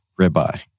ribeye